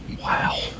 Wow